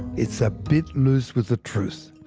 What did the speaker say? it's a bit loose with the truth.